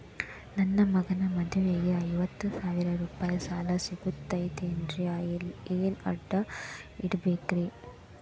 ನನ್ನ ಮಗನ ಮದುವಿಗೆ ಐವತ್ತು ಸಾವಿರ ರೂಪಾಯಿ ಸಾಲ ಸಿಗತೈತೇನ್ರೇ ಏನ್ ಅಡ ಇಡಬೇಕ್ರಿ?